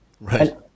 right